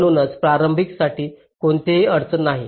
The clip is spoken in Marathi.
म्हणूनच प्रारंभासाठी कोणतीही अडचण नाही